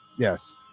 Yes